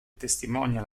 testimonia